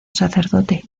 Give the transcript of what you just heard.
sacerdote